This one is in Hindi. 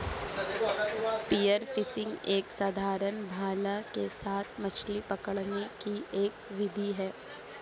स्पीयर फिशिंग एक साधारण भाला के साथ मछली पकड़ने की एक विधि है